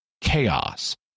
chaos